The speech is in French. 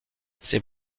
ces